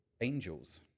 angels